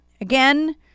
again